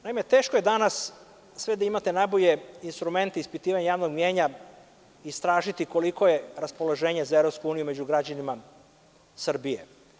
Naime, teško je danas, sve da imate najbolje instrumente ispitivanja javnog mnjenja istražiti koliko je raspoloženje za EU među građanima Srbije.